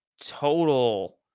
total